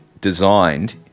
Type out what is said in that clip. designed